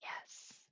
yes